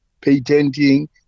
patenting